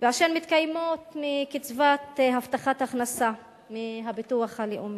והן מתקיימות מקצבת הבטחת הכנסה מהביטוח הלאומי.